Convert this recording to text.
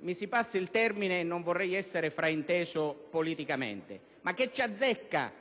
mi si passi l'espressione (non vorrei essere frainteso politicamente): «che c'azzecca»